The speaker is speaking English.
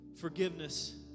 forgiveness